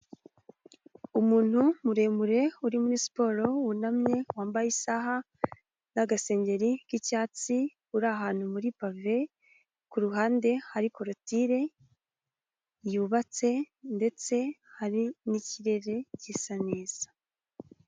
Umuntu muremure, uri muri siporo, wunamye, wambaye isaha, n'agasengeri k'icyatsi, uri ahantu muri pave, ku ruhande hari korotire yubatse, ndetse hari n'ikirere gisa neza.